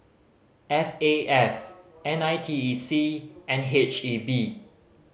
S A F N I T E C and H E B